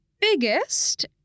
biggest